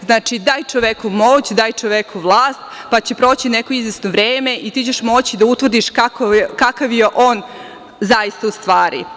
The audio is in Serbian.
Znači, daj čoveku moć, daj čoveku vlast, pa će proći neko izvesno vreme i ti ćeš moći da utvrdiš kakav je on zaista u stvari.